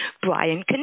brian